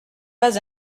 pas